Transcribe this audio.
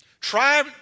Try